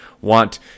want